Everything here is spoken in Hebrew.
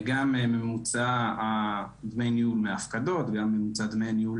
גם ממוצע דמי ניהול מהפקדות, וגם ממוצע דמי ניהול